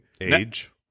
Age